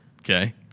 Okay